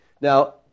Now